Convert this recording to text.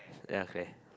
ya Claire